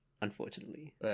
unfortunately